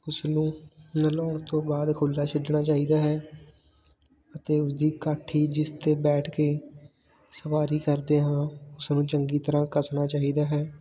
ਉਸਨੂੰ ਨਲਾਉਣ ਤੋਂ ਬਾਅਦ ਖੁੱਲ੍ਹਾ ਛੱਡਣਾ ਚਾਹੀਦਾ ਹੈ ਅਤੇ ਉਸਦੀ ਕਾਠੀ ਜਿਸ 'ਤੇ ਬੈਠ ਕੇ ਸਵਾਰੀ ਕਰਦੇ ਹਾਂ ਉਸ ਨੂੰ ਚੰਗੀ ਤਰ੍ਹਾਂ ਕੱਸਣਾ ਚਾਹੀਦਾ ਹੈ